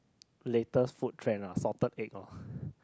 latest food trend ah salted egg lor